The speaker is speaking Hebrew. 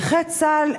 נכי צה"ל,